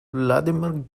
vladimir